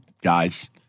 guys